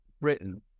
britain